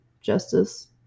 justice